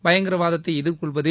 பயங்கரவாதத்தை எதிர்கொள்வது